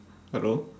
hello